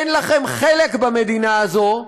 אין לכם חלק במדינה הזו,